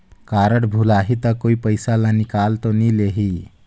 Card भुलाही ता कोई पईसा ला निकाल तो नि लेही?